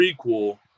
prequel